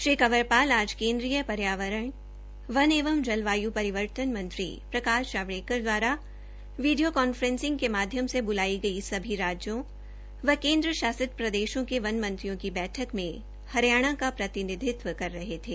श्री कंवर पाल आ केन्द्रीय पर्यावरण वन एवं लवायु परिवर्तन मंत्री प्रकाश ावड़ेकर दवारा वीडियो कांफ्रेंसिंग के माध्यम से बुलाई गई सभी राज्यों व केन्द्र शासित प्रदेशों के वन मंत्रियों की बैठक में हरियाणा का प्रतिनिधित्व कर रहे थे